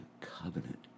covenant